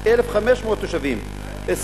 1,500 תושבים,